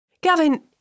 Gavin